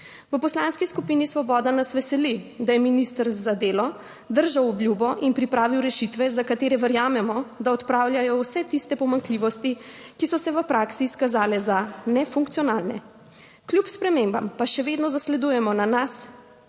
V Poslanski skupini Svoboda nas veseli, da je minister za delo držal obljubo in pripravil rešitve, za katere verjamemo, da odpravljajo vse tiste pomanjkljivosti, ki so se v praksi izkazale za nefunkcionalne. Kljub spremembam pa še vedno zasledujemo na nas